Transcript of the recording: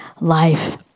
life